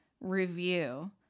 review